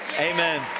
Amen